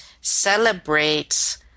celebrates